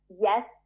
yes